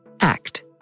act